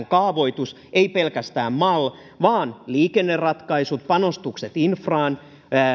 kaavoitus ei pelkästään mal vaan liikenneratkaisut panostukset infraan